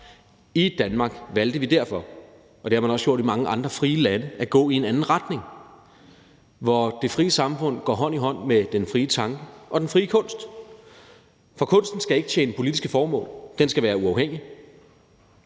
I Danmark valgte vi derfor – og det har man også gjort i mange andre frie lande – at gå i en anden retning, hvor det frie samfund går hånd i hånd med den frie tanke og den frie kunst. For kunsten skal ikke tjene politiske formål. Den skal være uafhængig,